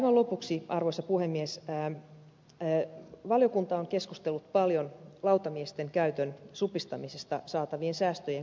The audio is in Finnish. aivan lopuksi arvoisa puhemies valiokunta on keskustellut paljon lautamiesten käytön supistamisesta saatavien säästöjen kohdentamisesta